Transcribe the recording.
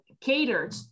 catered